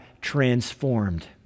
transformed